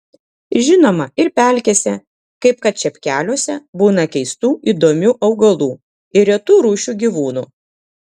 žinoma ir pelkėse kaip kad čepkeliuose būna keistų įdomių augalų ir retų rūšių gyvūnų